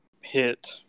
hit